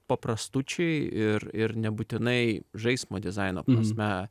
paprastučiai ir ir nebūtinai žaismo dizaino prasme